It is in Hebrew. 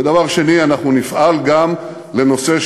ודבר שני, אנחנו נפעל גם בנושא,